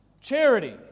charity